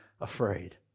afraid